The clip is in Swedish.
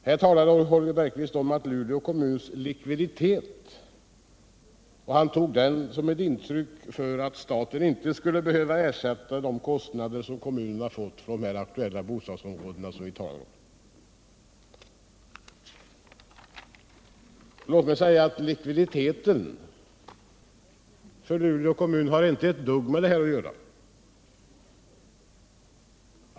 Han talade om Luleå kommuns likviditet och menade att staten inte skulle behöva ersätta kostnader som kommunen ådragits för de aktuella bostadsområdena. Låt mig säga att Luleå kommuns likviditet inte har ett dugg med det här att göra.